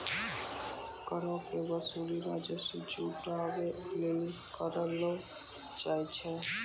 करो के वसूली राजस्व जुटाबै लेली करलो जाय छै